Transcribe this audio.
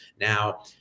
Now